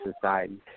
society